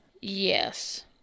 Yes